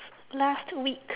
last week